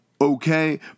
Okay